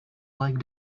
like